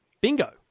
bingo